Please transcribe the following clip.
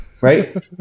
right